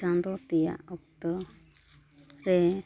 ᱪᱟᱸᱫᱳ ᱛᱮᱭᱟᱜ ᱚᱠᱛᱚ ᱨᱮ